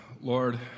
Lord